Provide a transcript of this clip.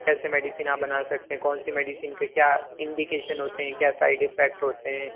कैसे मेडिसिन आप बना सकते हैं कौन सी मेडिसिन के क्या इंडिकेशन होते हैं क्या साइड इफेक्ट होते हैं